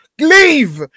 leave